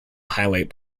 highlight